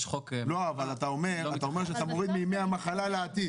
יש חוק --- אתה אומר שזה מוריד מימי המחלה לעתיד.